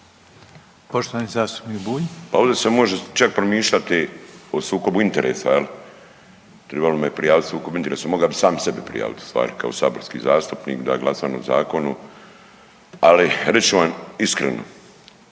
Poštovani zastupnik Bulj. **Bulj, Miro (MOST)** Pa ovdje se može čak promišljati o sukobu interesa jel, tribalo bi me prijavit sukob interesa, moga bi sam sebe prijavit u stvari kao saborski zastupnik da glasam o zakonu, ali reći ću vam iskreno.